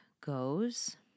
goes